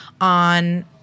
on